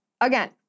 again